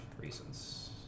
reasons